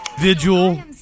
vigil